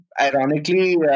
ironically